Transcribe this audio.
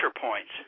points